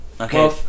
Okay